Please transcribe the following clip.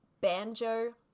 Banjo